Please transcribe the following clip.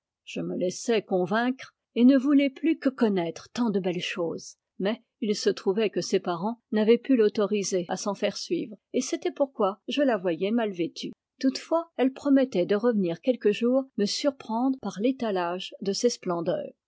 je me laissais convaincre et ne voulais plus que connaître tant de belles choses mais il se trouvait que ses parents n'avaient pu l'autoriser à s'en faire suivre et c'était pourquoi je la voyais mal vêtue toutefois elle promettait de revenir quelque jour me surprendre par l'étalage de ses splendeurs